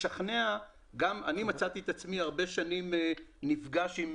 אני מצאתי את עצמי הרבה שנים נפגש עם